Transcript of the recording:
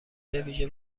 بویژه